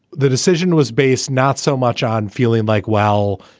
the decision was based not so much on feeling like, well,